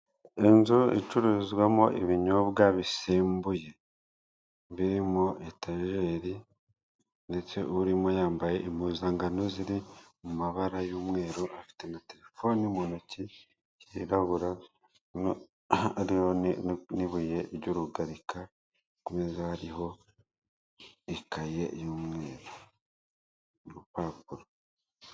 Inzu icururizwamo ibinyobwa bisembuye, biri muri etajeri ndetse urimo yambaye impuzankano ziri mu mabara y'umweru afite na terefoni mu ntoki yirabura, hariho n'ibuye ry'urugarika ku meza hariho ikaye y'umweru n'urupapuro.